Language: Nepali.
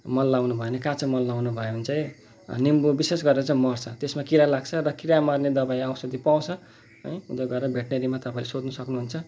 मल लाउनुभयो भने काँचो मल लाउनुभयो भने चाहिँ निम्बू विशेष गरेर चाहिँ मर्छ त्यसमा किरा लाग्छ र किरा मार्ने ओषधी पाउँछ है अन्त गएर भेटनेरीमा तपाईँले सोध्नु सक्नुहुन्छ